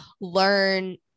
learn